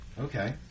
okay